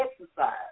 exercise